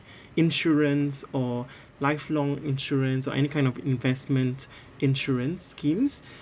insurance or lifelong insurance or any kind of investment insurance schemes